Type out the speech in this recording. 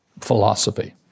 philosophy